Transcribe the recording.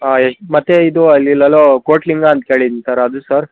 ಹಾಂ ಎಷ್ಟು ಮತ್ತೆ ಇದು ಅಲ್ಲಿ ಇಲ್ಲೆಲ್ಲೋ ಕೋಟಿಲಿಂಗ ಅಂತ ಕೇಳಿದಿನಿ ಸರ್ ಅದು ಸರ್